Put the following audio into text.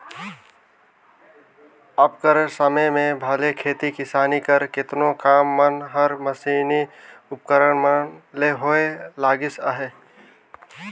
अब कर समे में भले खेती किसानी कर केतनो काम मन हर मसीनी उपकरन मन ले होए लगिस अहे